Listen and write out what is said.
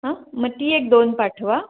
हां म ती एक दोन पाठवा